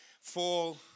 fall